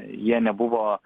jie nebuvo